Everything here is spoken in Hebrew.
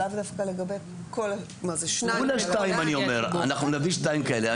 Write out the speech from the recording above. אנחנו נביא שניים כאלה.